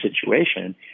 situation